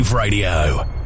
Radio